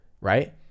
right